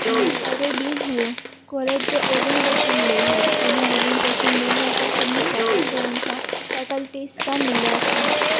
पहिरियों ॾींहुं हुयो कॉलेज जो ओरिएंटेशन डे हुयो उन ओरिएंटेशन डे में असां सभिनी प्रोफैसरनि सां फैकल्टी सां मिलियासीं